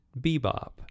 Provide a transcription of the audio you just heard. bebop